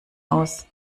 aus